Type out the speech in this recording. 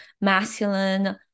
masculine